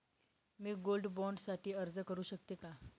मी gold bond साठी अर्ज करु शकते का?